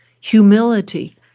humility